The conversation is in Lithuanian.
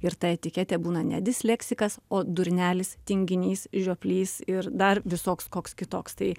ir ta etiketė būna ne disleksikas o durnelis tinginys žioplys ir dar visoks koks kitoks tai